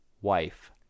wife